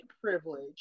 privilege